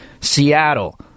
Seattle